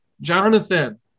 Jonathan